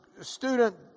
student